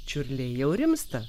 čiurliai jau rimsta